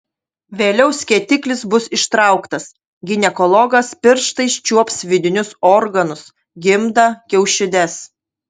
vėliau skėtiklis bus ištrauktas ginekologas pirštais čiuops vidinius organus gimdą kiaušides